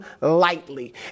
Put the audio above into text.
lightly